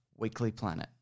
weeklyplanet